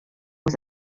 was